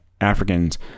africans